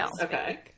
Okay